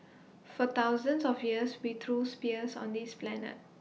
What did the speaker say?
for thousands of years we threw spears on this planet